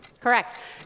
Correct